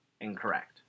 Incorrect